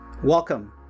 Welcome